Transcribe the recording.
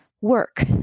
work